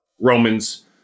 Romans